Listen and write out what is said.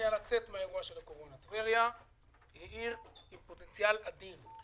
העיר טבריה נמצאת במשבר כלכלי ממש.